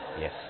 Yes